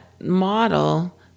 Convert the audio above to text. model